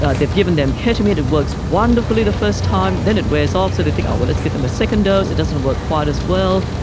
ah they have given them ketamine, it works wonderfully the first time, then it wears off so they think, well, let's give them a second dose. it doesn't work quite as well.